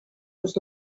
was